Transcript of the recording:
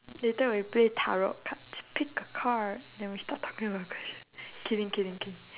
later we play tarot cards pick a card and we should start talking about the question kidding kidding kidding